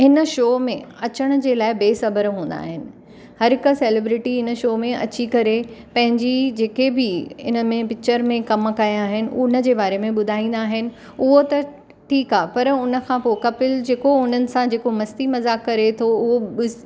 हिन शो में अचण जे लाइ बेसब्र हूंदा आहिनि हर हिकु सैलेब्रिटी हिन शो में अची करे पंहिंजी जेके बि हिन में पिचर में कमु कया आहिनि हुनजे बारे में ॿुधाईंदा आहिनि उहो त ठीकु आहे पर हुन खां पोइ कपिल जेको हुननि सां जेको मस्ती मज़ाक करे थो उहो